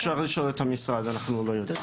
אפשר לשאול את המשרד, אנחנו לא יודעים.